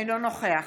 אינו נוכח